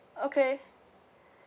okay